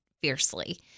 fiercely